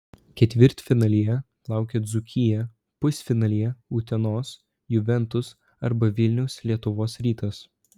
ketvirtfinalyje laukia dzūkija pusfinalyje utenos juventus arba vilniaus lietuvos rytas